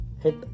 hit